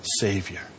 Savior